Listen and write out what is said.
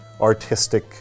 artistic